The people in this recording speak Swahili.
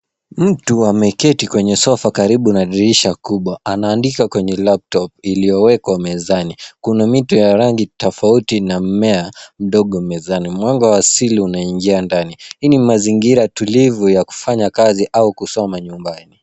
Mtu ameketi kwenye sofa karibu na dirisha kubwa. Anaandika kwenye laptop iliyowekwa mezani. Kuna mito ya rangi tofauti na mmea mdogo mezani. Mwanga wa asili unaingia ndani. Hii ni mazingira tulivu ya kufanya kazi au kusoma nyumbani.